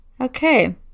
Okay